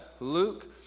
Luke